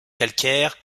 calcaires